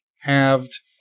halved